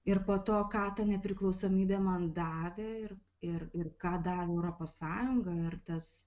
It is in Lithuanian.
ir po to ką ta nepriklausomybė man davė ir ir ir ką davė europos sąjunga ir tas